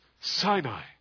Sinai